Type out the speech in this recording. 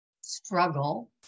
struggle